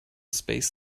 space